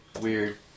weird